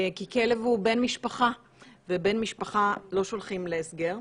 כי כלב הוא בן משפחה ובן משפחה לא שולחים להסגר.